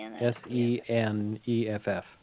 S-E-N-E-F-F